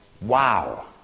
wow